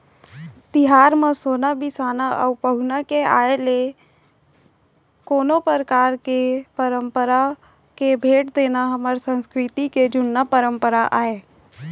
तिहार म सोन बिसाना अउ पहुना के आय ले कोनो परकार के भेंट देना हर हमर संस्कृति के जुन्ना परपंरा आय